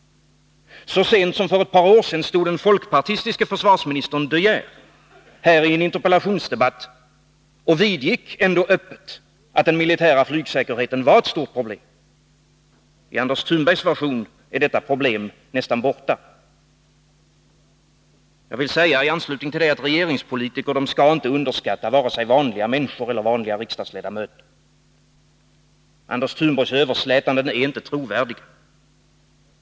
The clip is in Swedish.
Så sent som för ett par år sedan vidgick den folkpartistiske försvarsministern de Geer i en interpellationsdebatt öppet att den militära flygsäkerheten var ett stort problem. I Anders Thunborgs version är detta problem nästan borta. Jag vill i anslutning till det säga att regeringspolitiker inte skall underskatta vare sig vanliga människor eller vanliga riksdagsledamöter. Anders Thunborgs överslätanden är inte trovärdiga.